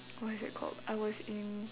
what's that called I was in